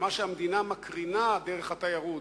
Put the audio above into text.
מה שהמדינה מקרינה דרך התיירות,